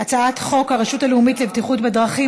חוק הרשות הלאומית לבטיחות בדרכים